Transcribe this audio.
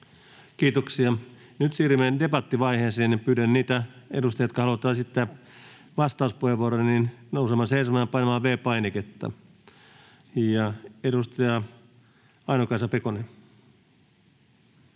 Kiitoksia. — Nyt siirrymme debattivaiheeseen, ja pyydän niitä edustajia, jotka haluavat esittää vastauspuheenvuoron, nousemaan seisomaan ja painamaan V-painiketta. — Edustaja Aino-Kaisa Pekonen.